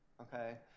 okay